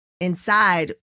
inside